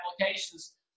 applications